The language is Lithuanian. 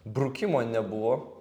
brukimo nebuvo